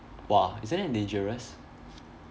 !wah! isn't that dangerous